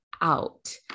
out